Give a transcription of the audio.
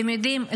אתם יודעים,